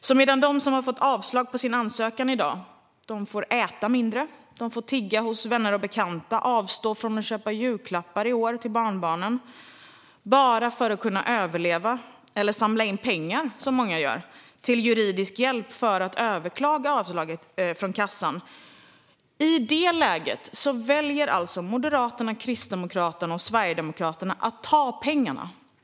Den som har fått avslag på sin ansökan får i dag äta mindre, tigga hos vänner och bekanta och avstå från att köpa julklappar till barnbarnen - eller, som många gör, samla in pengar till juridisk hjälp för att överklaga avslaget från Försäkringskassan - bara för att kunna överleva. I det läget väljer alltså Moderaterna, Kristdemokraterna och Sverigedemokraterna att ta pengarna.